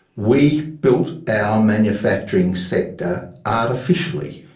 we built our manufacturing sector artificially,